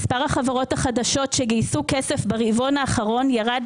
מספר החברות החדשות שגייסו כסף ברבעון האחרון ירד